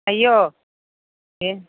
అయ్యో